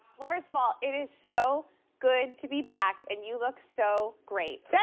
well, first of all it is so good to be back. and you look so great. yeah